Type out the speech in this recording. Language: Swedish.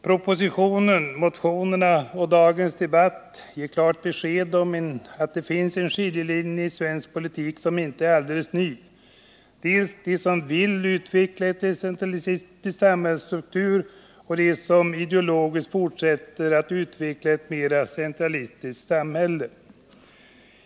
Propositionen, motionerna och dagens debatt ger klart besked om att det finns en skiljelinje i svensk politik, som inte är alldeles ny, dels dem som vill utveckla en decentralistisk samhällsstruktur, dels dem som ideologiskt fortsätter att utveckla ett mer centralistiskt samhälle.